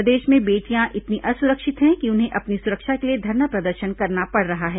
प्रदेश में बेटियां इतनी असुरक्षित हैं कि उन्हें अपनी सुरक्षा के लिए धरना प्रदर्शन करना पड़ रहा है